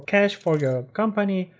cash for your company,